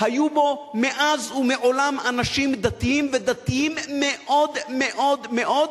היו בו מאז ומעולם אנשים דתיים ודתיים מאוד מאוד מאוד,